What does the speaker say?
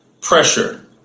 pressure